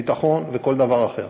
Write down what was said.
ביטחון וכל דבר אחר.